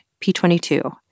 P22